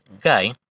guy